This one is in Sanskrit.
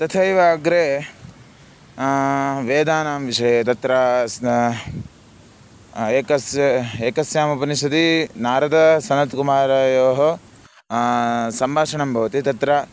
तथैव अग्रे वेदानां विषये तत्र स्नानम् एकस्य एकस्यामुपनिषदि नारदसनत्कुमारायोः सम्भाषणं भवति तत्र